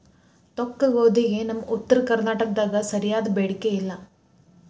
ತೊಕ್ಕಗೋಧಿಗೆ ನಮ್ಮ ಉತ್ತರ ಕರ್ನಾಟಕದಾಗ ಸರಿಯಾದ ಬೇಡಿಕೆ ಇಲ್ಲಾ